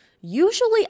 usually